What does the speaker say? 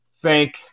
thank